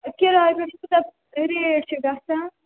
کِرایہِ پیٚٹھ کۭژاہ ریٹ چھِ گژھان